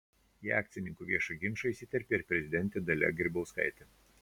į akcininkų viešą ginčą įsiterpė ir prezidentė dalia grybauskaitė